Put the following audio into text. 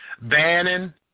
Bannon